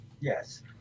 Yes